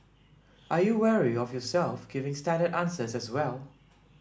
are you wary of yourself giving standard answers as well